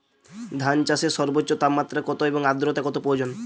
ধান চাষে সর্বোচ্চ তাপমাত্রা কত এবং আর্দ্রতা কত প্রয়োজন?